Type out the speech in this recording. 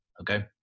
okay